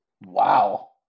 Wow